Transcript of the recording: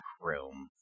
room